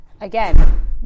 again